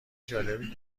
جالبی